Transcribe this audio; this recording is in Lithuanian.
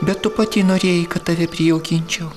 bet tu pati norėjai kad tave prijaukinčiau